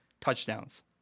touchdowns